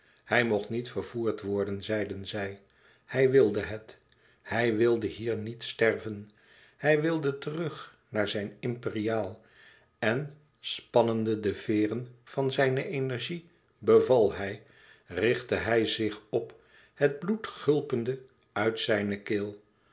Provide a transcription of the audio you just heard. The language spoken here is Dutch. hij mocht niet vervoerd worden zeiden zij hij wilde het hij wilde hier niet sterven hij wilde terug naar zijn imperiaal en spannende de veêren van zijne energie beval hij richtte hij zich op het bloed gulpende uit zijne keel